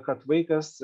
kad vaikas